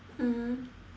mmhmm